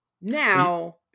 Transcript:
Now